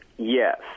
Yes